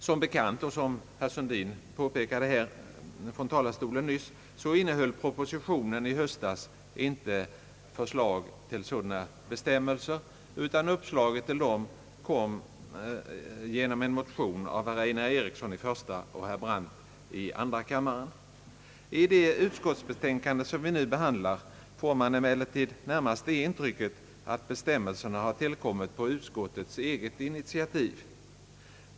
Som bekant och som herr Sundin nyss påpekade från talarstolen här, innehöll propositionen i höstas inte några förslag till sådana bestämmelser, utan uppslaget till dem kom genom en motion av herr Einar Eriksson i första och herr Brandt i andra kammaren. I det utskottsbetänkande som vi nu behandlar får man emellertid närmast det intrycket att bestämmelserna tillkommit på utskottets eget initiativ.